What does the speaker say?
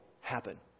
happen